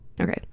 Okay